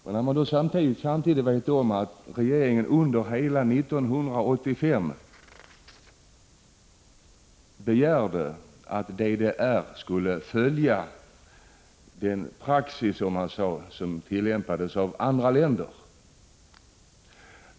Men samtidigt vet vi att regeringen under hela 1985 begärde att DDR skulle följa den praxis som man säger tillämpades av andra länder.